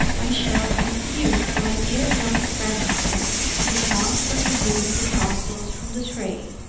i shall depute to my dear young friend here the task of removing the parcels from the tree.